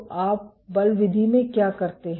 तो आप बल विधि में क्या करते हैं